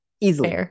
Easily